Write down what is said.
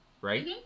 right